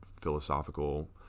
philosophical